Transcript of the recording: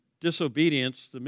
disobedience